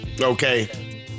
okay